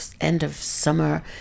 end-of-summer